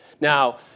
Now